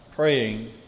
Praying